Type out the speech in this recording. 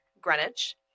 Greenwich